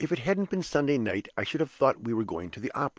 if it hadn't been sunday night, i should have thought we were going to the opera.